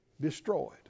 destroyed